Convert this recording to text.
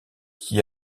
qui